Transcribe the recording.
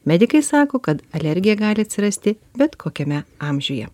medikai sako kad alergija gali atsirasti bet kokiame amžiuje